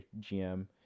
GM